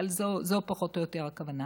אבל זו פחות או יותר הכוונה.